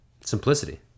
Simplicity